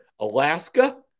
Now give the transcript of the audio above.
Alaska